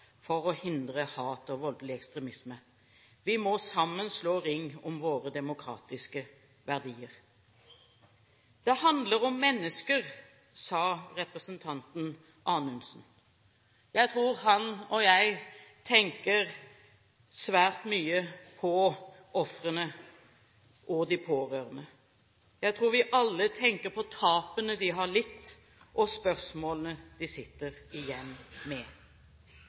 for hans påpekning av at en bred, forebyggende innsats er helt sentralt for å hindre hat og voldelig ekstremisme. Sammen må vi slå ring om våre demokratiske verdier. «Det dreier seg om mennesker,» sa representanten Anundsen. Jeg tror han, og jeg, tenker svært mye på ofrene og de pårørende. Jeg tror vi alle tenker